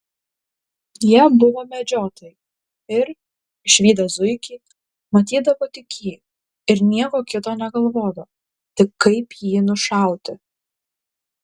jie buvo medžiotojai ir išvydę zuikį matydavo tik jį ir nieko kito negalvodavo tik kaip jį nušauti